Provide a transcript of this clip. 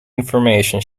information